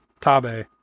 Tabe